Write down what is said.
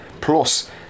plus